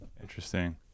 interesting